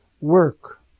Work